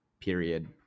period